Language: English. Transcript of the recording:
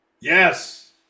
Yes